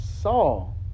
Saul